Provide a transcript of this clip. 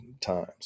times